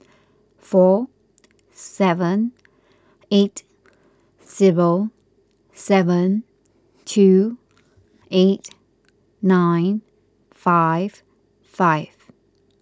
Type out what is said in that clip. four seven eight zero seven two eight nine five five